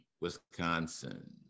Wisconsin